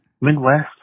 Midwest